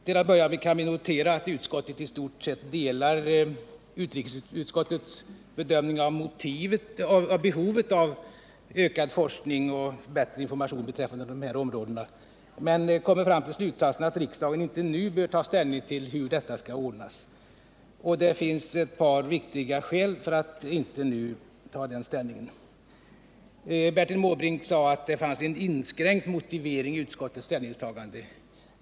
Till att börja med kan vi notera att utskottet i stort sett delar utrikesutskottets bedömning av behovet av ökad forskning och bättre information på dessa områden men kommer fram till slutsatsen att riksdagen inte nu bör ta ställning till hur detta skall ordnas. Det finns ett par viktiga skäl för att inte nu ta ställning på den punkten. Bertil Måbrink sade att utskottet hade en inskränkt motivering för sitt ställningstagande.